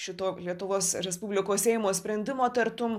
šito lietuvos respublikos seimo sprendimo tartum